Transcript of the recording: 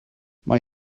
mae